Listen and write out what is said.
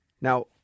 Now